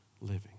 living